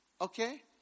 Okay